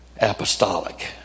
apostolic